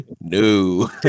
No